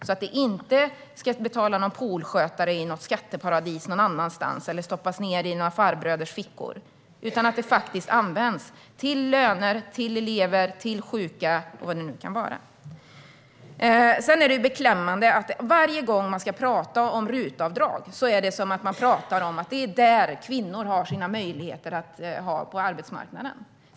Vinster ska inte betala någon poolskötare i ett skatteparadis eller stoppas ned i några farbröders fickor. De ska användas till löner, till elever, till sjuka eller vad det kan vara. Det är beklämmande att varje gång man ska prata om RUT-avdrag heter det att det är där kvinnor har sina möjligheter på arbetsmarknaden.